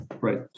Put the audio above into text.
Right